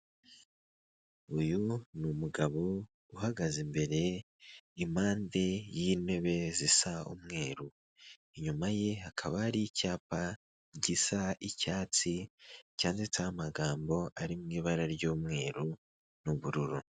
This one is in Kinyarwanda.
Uyu ni umugabo uhagaze imbere impande y'intebe zisa umweru, inyuma ye hakaba hari icyapa gisa icyatsi cyanditseho amagambo ari mu ibara ry'umweru n'ubururu.